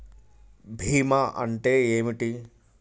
భీమా అంటే ఏమిటి?